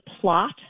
Plot